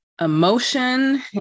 emotion